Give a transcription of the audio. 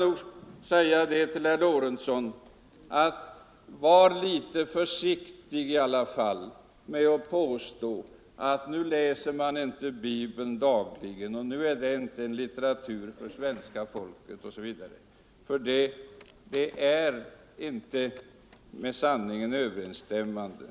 Och sedan, herr Lorentzon: Var litet försiktig med att påstå att nu läser man inte Bibeln dagligen, nu är den inte en litteratur för svenska folket osv. Det är inte med sanningen överensstämmande.